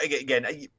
again